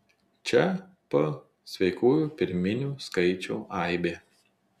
čia p sveikųjų pirminių skaičių aibė